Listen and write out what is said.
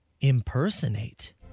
impersonate